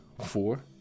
four